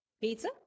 pizza